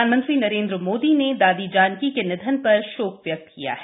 प्रधानमंत्री नरेंद्र मोदी ने दादी जानकी के निधन पर शोक व्यक्त किया है